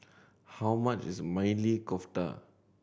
how much is Maili Kofta